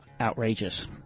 outrageous